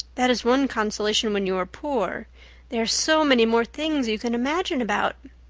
that is one consolation when you are poor there are so many more things you can imagine about.